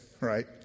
right